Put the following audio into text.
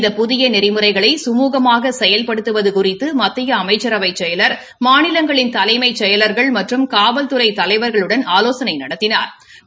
இந்த புதிய நெறிமுறைகளை சுமுகமாக செயல்படுத்துவது குறித்து மத்திய அமைச்சரவை செயலர் மாநிலங்களின் தலைமைச் செயலா்கள் மற்றும் காவல்துறை தலைவா்களுடன் ஆலோசனை நடத்தினாா்